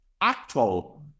actual